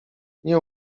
nie